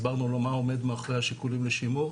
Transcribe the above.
הסברנו לו מה עומד מאחורי השיקולים לשימור.